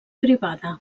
privada